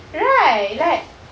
right like